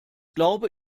glaube